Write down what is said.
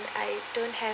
I don't have